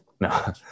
No